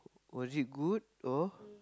was it good or